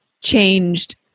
changed